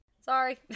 Sorry